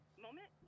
moment